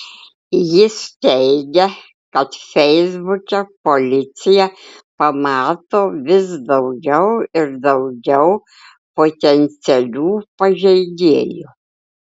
jis teigia kad feisbuke policija pamato vis daugiau ir daugiau potencialių pažeidėjų